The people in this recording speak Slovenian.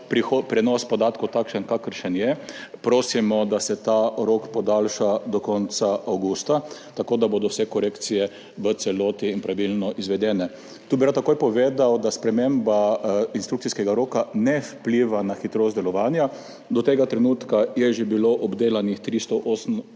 prenos podatkov takšen, kakršen je. Prosimo, da se ta rok podaljša do konca avgusta, tako da bodo vse korekcije v celoti in pravilno izvedene. Tu bi rad takoj povedal, da sprememba instrukcijskega roka ne vpliva na hitrost delovanja. Do tega trenutka je bilo že obdelanih 380